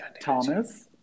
Thomas